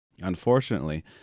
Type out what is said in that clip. Unfortunately